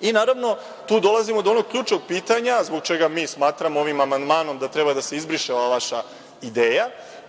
Naravno, tu dolazimo do onog ključnog pitanja, zbog čega mi smatramo ovim amandmanom da treba da se izbriše ova vaša ideja,